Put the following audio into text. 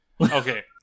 Okay